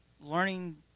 learning